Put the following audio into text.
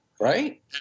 right